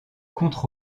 contre